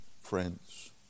friends